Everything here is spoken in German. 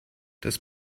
das